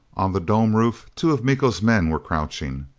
on the dome roof two of miko's men were crouching.